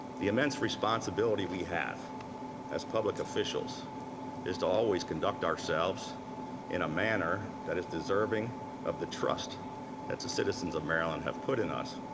the immense responsibility we have as public officials is to always conduct ourselves in a manner that is deserving of the trust that the citizens of maryland have put in us.